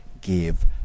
give